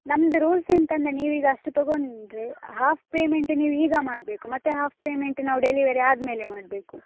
ನಮ್ದು ರೂಲ್ಸ್ ಎಂತ ಅಂತ ನೀವು ಈಗ ಅಷ್ಟು ತೊಗೊಂಡ್ರೆ ಹಾಫ್ ಪೇಮೆಂಟ್ ನೀವು ಈಗ ಮಾಡಬೇಕು ಮತ್ತೆ ಹಾಫ್ ಪೇಮೆಂಟ್ ನಾವು ಡೆಲಿವರಿ ಆದಮೇಲೆ ಮಾಡಬೇಕು